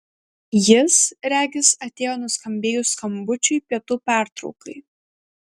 jis regis atėjo nuskambėjus skambučiui pietų pertraukai